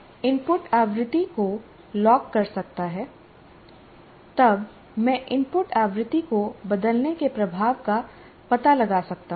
यह इनपुट आवृत्ति को लॉक करता है तब मैं इनपुट आवृत्ति को बदलने के प्रभाव का पता लगा सकता हूं